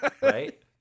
right